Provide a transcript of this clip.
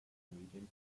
comedian